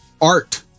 art